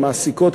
שכבר מעסיקות